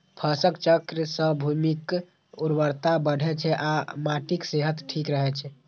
फसल चक्र सं भूमिक उर्वरता बढ़ै छै आ माटिक सेहत ठीक रहै छै